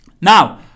Now